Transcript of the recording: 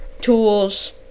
tools